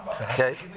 Okay